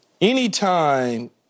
anytime